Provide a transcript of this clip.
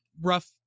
rough